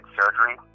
surgery